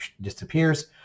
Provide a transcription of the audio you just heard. disappears